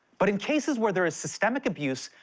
but in cases where there is systemic abuse,